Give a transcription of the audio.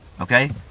okay